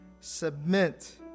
submit